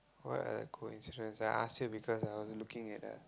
what are the coincidence I ask you because I was looking at the